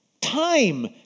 Time